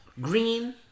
green